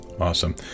Awesome